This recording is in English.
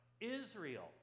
Israel